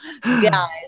guys